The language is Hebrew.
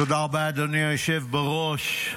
תודה רבה, אדוני היושב בראש.